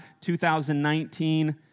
2019